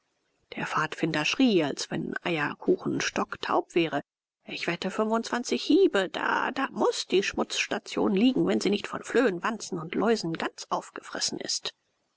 der pfadfinder schrie als wenn eierkuchen stocktaub wäre ich wette fünfundzwanzig hiebe da da muß die schmutzstation liegen wenn sie nicht von flöhen wanzen und läusen ganz aufgefressen ist